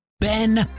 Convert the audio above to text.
Ben